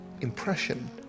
impression